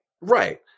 Right